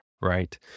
right